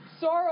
Sorrow